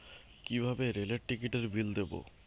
কিভাবে রেলের টিকিটের বিল দেবো?